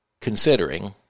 considering